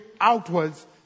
outwards